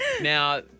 Now